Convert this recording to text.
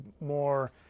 more